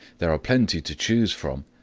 there are plenty to choose from,